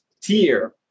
tier